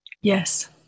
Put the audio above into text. yes